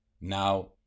Now